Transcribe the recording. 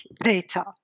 data